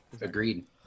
Agreed